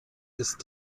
ist